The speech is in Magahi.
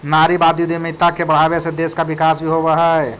नारीवादी उद्यमिता के बढ़ावे से देश का विकास भी होवअ हई